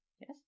Yes